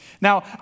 Now